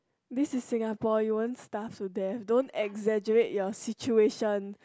this is Singapore you wouldn't starve to death don't exaggerate your situation